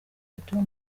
bituma